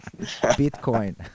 Bitcoin